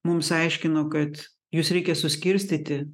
mums aiškino kad juos reikia suskirstyti